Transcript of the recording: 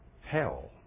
hell